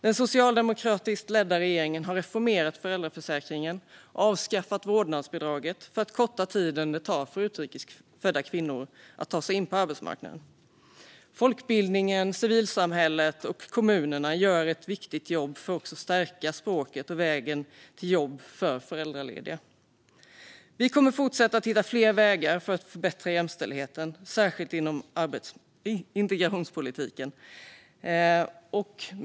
Den socialdemokratiskt ledda regeringen har reformerat föräldraförsäkringen och avskaffat vårdnadsbidraget för att korta tiden det tar för utrikes födda kvinnor att ta sig in på arbetsmarknaden. Folkbildningen, civilsamhället och kommunerna gör ett viktigt jobb för att stärka språket och vägen till jobb för föräldralediga. Vi kommer att fortsätta hitta fler vägar för att förbättra jämställdheten, särskilt inom integrationspolitiken.